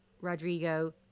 Rodrigo